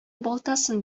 балтасын